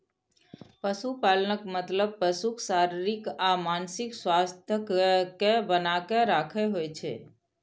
पशु कल्याणक मतलब पशुक शारीरिक आ मानसिक स्वास्थ्यक कें बनाके राखब होइ छै